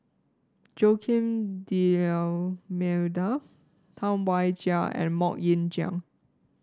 Joaquim D'Almeida Tam Wai Jia and MoK Ying Jang